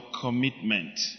commitment